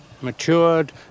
matured